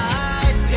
eyes